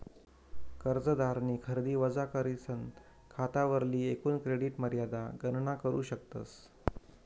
कर्जदारनी खरेदी वजा करीसन खातावरली एकूण क्रेडिट मर्यादा गणना करू शकतस